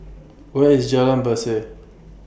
Where IS Jalan Berseh